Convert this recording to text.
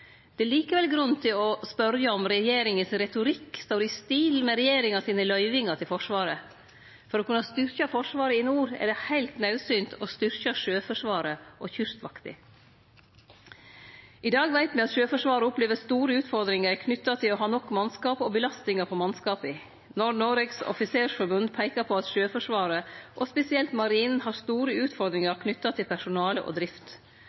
Der er likevel grunn til å spørje om regjeringas retorikk står i stil med regjeringas løyvingar til Forsvaret. For å kunne styrkje Forsvaret i nord er det heilt naudsynt å styrkje Sjøforsvaret og Kystvakta. I dag veit me at Sjøforsvaret opplever store utfordringar knytte til å ha nok mannskap og belastingar på mannskapa. Norges Offisersforbund peikar på at Sjøforsvaret, og spesielt Marinen, har store utfordringar knytte til personale og drift.